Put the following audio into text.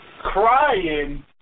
Crying